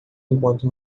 enquanto